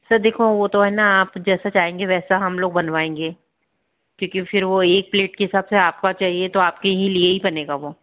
sir देखो वो तो है ना आप जैसा चाहेंगे वैसा हम लोग बनवाएंगे क्योंकि फिर वो एक प्लेट के हिसाब से आपको चाहिए तो आपके ही लिए ही बनेगा वो